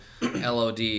LOD